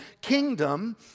kingdom